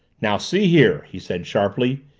now see here! he said sharply.